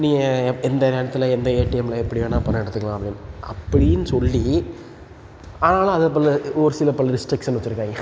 நீங்கள் எப் எந்த நேரத்தில் எந்த ஏடிஎம்மில் எப்படி வேணால் பணம் எடுத்துக்கலாம் அப்படின்னு அப்படின்னு சொல்லி ஆனாலும் அது பல ஒரு சில பல ரெஸ்ட்ரிக்ஷன் வெச்சிருக்காங்க